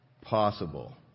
possible